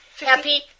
Happy